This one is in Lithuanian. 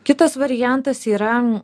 kitas variantas yra